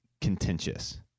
contentious